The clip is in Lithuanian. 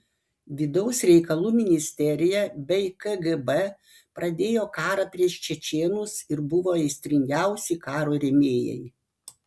vidaus reikalų ministerija bei kgb pradėjo karą prieš čečėnus ir buvo aistringiausi karo rėmėjai